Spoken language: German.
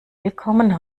willkommen